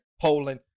Poland